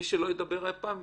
מי שלא ידבר הפעם,